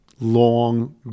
long